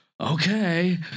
okay